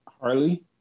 Harley